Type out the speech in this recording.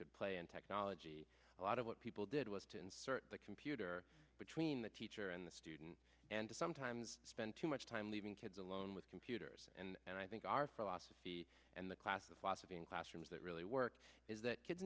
could play in technology a lot of what people did was to insert the computer between the teacher and the student and to sometimes spend too much time leaving kids alone with computers and i think our philosophy and the class of lots of in classrooms that really works is that kids